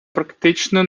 практично